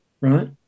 right